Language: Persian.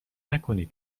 نکنید